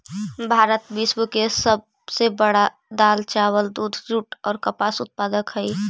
भारत विश्व के सब से बड़ा दाल, चावल, दूध, जुट और कपास उत्पादक हई